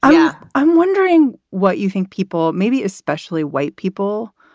yeah i'm wondering what you think people, maybe especially white people,